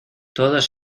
todos